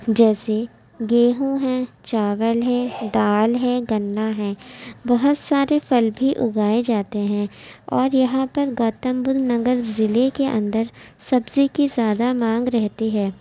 جیسے گیہوں ہے چاول ہے دال ہے گنا ہے بہت سارے پھل بھی اگائے جاتے ہیں اور یہاں پر گوتم بدھ نگر ضلع کے اندر سبزی کی زیادہ مانگ رہتی ہے